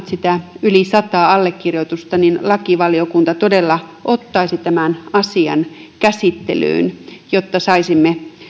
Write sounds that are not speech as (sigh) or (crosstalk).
(unintelligible) sitä yli sataa allekirjoitusta niin lakivaliokunta todella ottaisi tämän asian käsittelyyn jotta saisimme